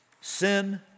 sin